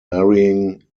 marrying